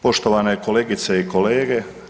Poštovane kolegice i kolege.